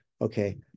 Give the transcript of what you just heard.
Okay